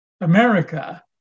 America